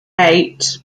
eight